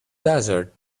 desert